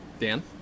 Dan